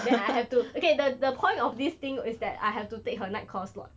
then I have to okay the the point of this thing is that I have to take her night call slot